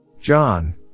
John